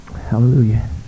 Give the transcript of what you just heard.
Hallelujah